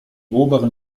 oberen